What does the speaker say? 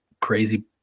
crazy